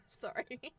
Sorry